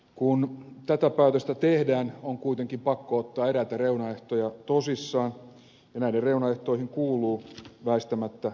kun tätä päätöstä tehdään on kuitenkin pakko ottaa eräitä reunaehtoja tosissaan ja näihin reunaehtoihin kuuluu väistämättä ilmastonmuutos